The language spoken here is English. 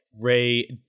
Ray